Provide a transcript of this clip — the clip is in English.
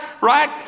right